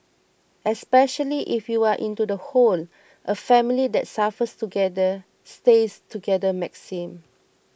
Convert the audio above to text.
especially if you are into the whole a family that suffers together stays together maxim